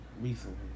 recently